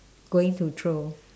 going to throw